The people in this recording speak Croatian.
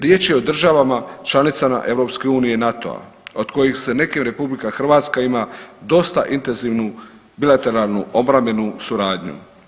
Riječ je o državama članicama EU NATO-a od kojih se neke i RH ima dosta intenzivnu bilateralnu obrambenu suradnju.